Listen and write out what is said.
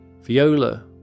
Viola